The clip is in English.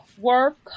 work